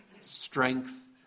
strength